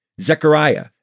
Zechariah